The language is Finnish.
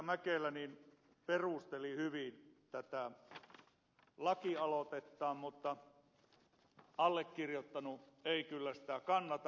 mäkelä perusteli hyvin tätä laki aloitetta mutta allekirjoittanut ei kyllä sitä kannata